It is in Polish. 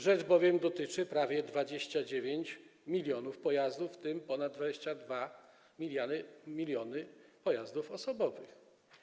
Rzecz bowiem dotyczy prawie 29 mln pojazdów, w tym ponad 22 mln pojazdów osobowych.